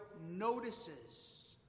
notices